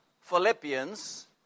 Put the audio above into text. Philippians